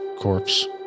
Corpse